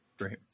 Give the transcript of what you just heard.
Great